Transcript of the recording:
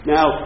Now